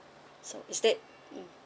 so is that mm